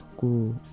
go